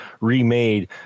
remade